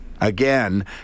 again